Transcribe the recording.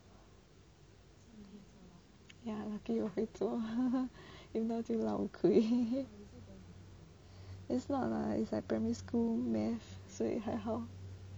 ya lucky 我会做 if not 就 lao kui it's not lah it's like primary school math 所以还好